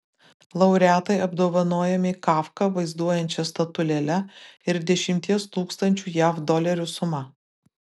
laureatai apdovanojami kafką vaizduojančia statulėle ir dešimties tūkstančių jav dolerių suma